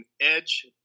Edge